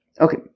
Okay